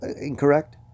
incorrect